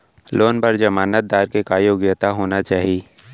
Loan बर जमानतदार के का योग्यता होना चाही?